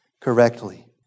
correctly